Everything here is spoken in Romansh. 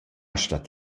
stat